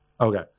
Okay